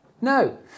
No